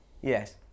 Yes